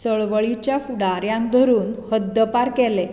चळवळीच्या फुडाऱ्यांक धरून हद्दपार केलें